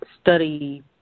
study